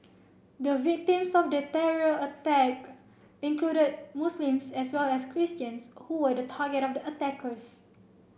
the victims of the terror attack included Muslims as well as Christians who were the target of the attackers